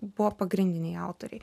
buvo pagrindiniai autoriai